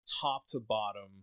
top-to-bottom